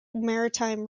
maritime